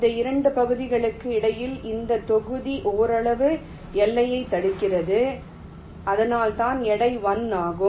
இந்த 2 பகுதிகளுக்கு இடையில் இந்த தொகுதி ஓரளவு எல்லையைத் தடுக்கிறது அதனால்தான் எடை 1 ஆகும்